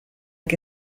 que